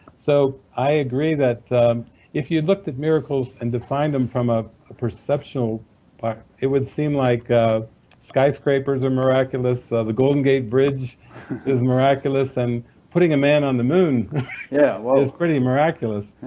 so i agree that if you looked at miracles and defined them from a ah perceptual point, but it would seem like skyscrapers are miraculous, the golden gate bridge is miraculous, and putting a man on the moon yeah ah is pretty miraculous,